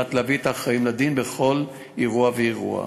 להביא את האחראים לדין בכל אירוע ואירוע.